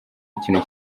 ikintu